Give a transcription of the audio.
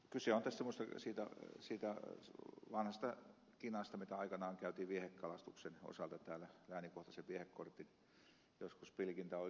kyse on tässä minusta siitä vanhasta kinasta mitä aikanaan käytiin viehekalastuksen osalta täällä läänikohtaisen viehekortin joskus pilkintäoikeuden osalta